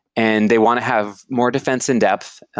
and they want to have more defense in depth.